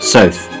South